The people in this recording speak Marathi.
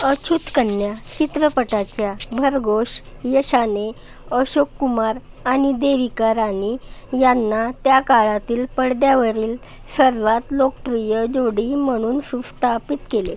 अछूत कन्या चित्रपटाच्या भरघोस यशाने अशोक कुमार आणि देविका राणी यांना त्या काळातील पडद्यावरील सर्वात लोकप्रिय जोडी म्हणून सुस्थापित केले